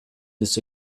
this